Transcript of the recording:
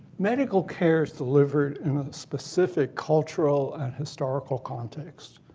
medical care is delivered in a specific cultural and historical context.